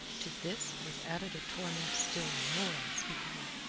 to this was added a torment still more unspeakable.